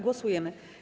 Głosujemy.